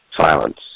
Silence